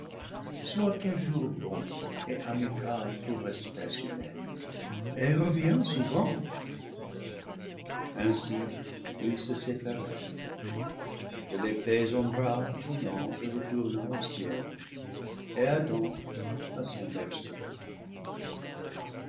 sois toujours bon et amical pour l'espèce humaine et reviens souvent ainsi ils se séparèrent de l'épais ombrage l'ange retourna au ciel et adam à son berceau